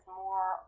more